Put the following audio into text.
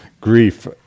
grief